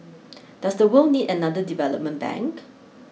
does the world need another development bank